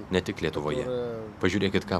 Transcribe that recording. ne tik lietuvoje pažiūrėkit ką